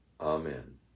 Amen